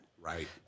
Right